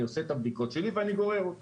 אני עושה את הבדיקות שלי ואני גורר אותו